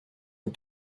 but